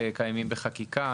שקיימים בחקיקה.